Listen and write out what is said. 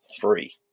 three